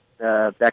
back